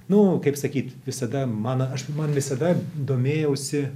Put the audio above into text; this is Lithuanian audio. nu kaip sakyt visada man aš man visada domėjausi